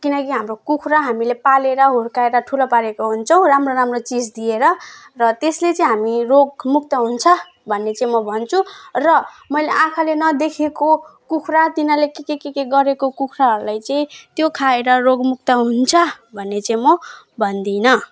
किनकि हाम्रो कुखरा हामीले पालेर हुर्काएर ठुलो पारेको हुन्छौँ राम्रो राम्रो चिज दिएर र त्यसले चाहिँ हामी रोगमुक्त हुन्छ भन्ने चाहिँ म भन्छु र मैले आँखाले नदेखेको कुखुरा तिनीहरूले के के गरेको कुखुराहरूलाई चाहिँ त्यो खाएर रोगमुक्त हुन्छ भन्ने चाहिँ म भन्दिनँ